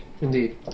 Indeed